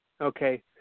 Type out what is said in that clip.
Okay